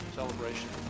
celebration